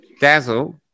Dazzle